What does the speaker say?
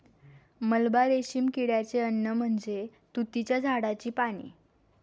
मलबा रेशीम किड्याचे अन्न म्हणजे तुतीच्या झाडाची पाने